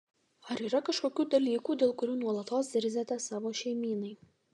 ar yra kažkokių dalykų dėl kurių nuolatos zirziate savo šeimynai